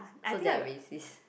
so they are racist